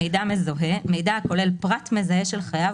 "מידע מזוהה" מידע הכולל פרט מזהה של חייב,